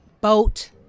boat